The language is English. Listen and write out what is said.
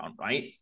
right